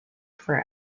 for